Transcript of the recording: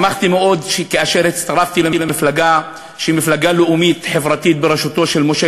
שמחתי מאוד שהצטרפתי למפלגה שהיא מפלגה